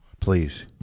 Please